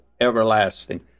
everlasting